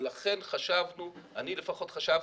לכן חשבנו, אני לפחות חשבתי,